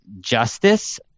justice